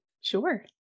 Sure